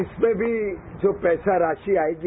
इसमें भी जो पैसा राशि आएगी